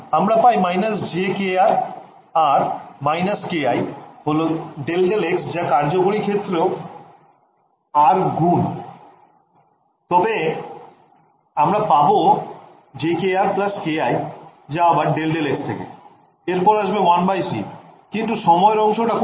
আমরা পাই − jkr আর − ki হল ∂∂x যা কার্যকরী ক্ষেত্রে R গুণ তবে আমরা পাবো jkr ki যা আবার ∂∂x থেকে এরপর আসবে 1c কিন্তু সময়ের অংশটা কোথায়